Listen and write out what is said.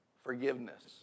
Forgiveness